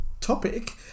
topic